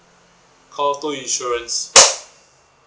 call two insurance